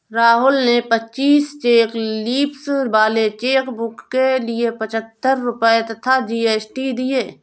राहुल ने पच्चीस cheque leaves वाले चेकबुक के लिए पच्छत्तर रुपये तथा जी.एस.टी दिए